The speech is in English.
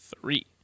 Three